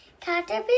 Caterpillar